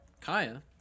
Kaya